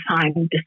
time